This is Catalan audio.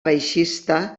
baixista